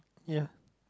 ya